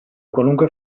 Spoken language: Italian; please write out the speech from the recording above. qualunque